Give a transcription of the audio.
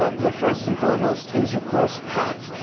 ah the first and foremost is your course pack.